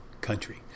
country